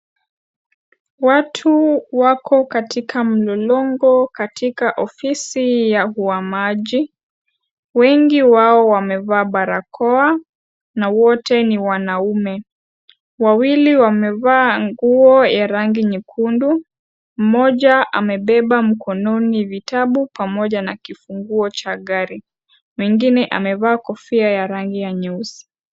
Watu wako katika mlolongo katika ofisi wa maji, Wengi wao wamevaa Barakoa na wote ni wanaume. Wawili wamevaa nguo ya rangi nyekundu, mmoja amebeba mkononi vitabu pamoja na kifunguo cha gari na mwingine amevaa nguo ya rangi nyeusi.